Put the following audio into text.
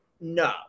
No